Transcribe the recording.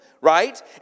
right